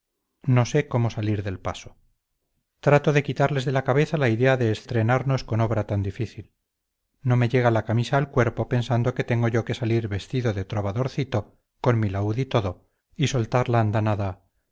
no sé cómo salir de paso trato de quitarles de la cabeza la idea de estrenarnos con obra tan difícil no me llega la camisa al cuerpo pensando que tengo yo que salir vestido de trovadorcito con mi laúd y todo y soltar la andanada